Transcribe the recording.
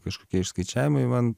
kažkokie išskaičiavimai man